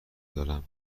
دارم